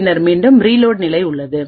பின்னர் மீண்டும் ரீலோட் நிலை உள்ளது